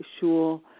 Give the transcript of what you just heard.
sure